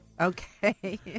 Okay